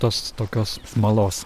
tos tokios smalos